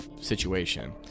situation